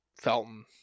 Felton